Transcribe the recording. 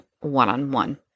one-on-one